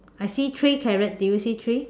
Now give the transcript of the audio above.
I see three carrot do you see three